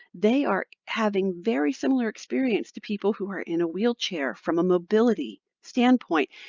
they are having very similar experience to people who are in a wheelchair from a mobility standpoint.